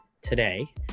Today